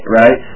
right